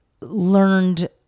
learned